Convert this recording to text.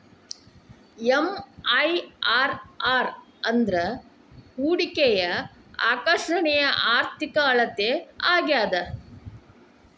MIRR ಅಂದ್ರ ಹೂಡಿಕೆಯ ಆಕರ್ಷಣೆಯ ಆರ್ಥಿಕ ಅಳತೆ ಆಗ್ಯಾದ